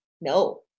No